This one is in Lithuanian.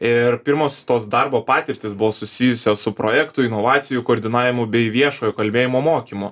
ir pirmos tos darbo patirtys buvo susijusios su projektų inovacijų koordinavimu bei viešojo kalbėjimo mokymu